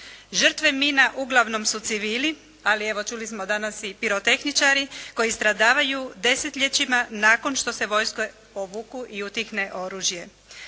Žrtve mina uglavnom su civili, ali evo čuli smo danas i pirotehničari koji stradavaju desetljećima nakon što se vojske povuku i utihne oružje.